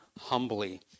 humbly